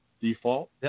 default